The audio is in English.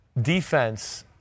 defense –